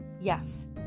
Yes